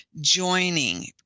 joining